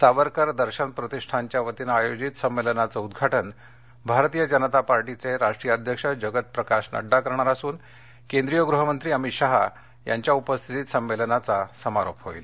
सावरकर दर्शन प्रतिष्ठानच्या वतीनं आयोजित संमेलनाचं उद्घघाटन दिनांक भारतीय जनता पक्षाचे राष्ट्रीय अध्यक्ष जगत प्रकाश नङ्डा करणार असून केंद्रीय गृहमंत्री अमित शहा यांच्या उपस्थितीत संमेलनाचा समारोप होईल